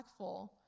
impactful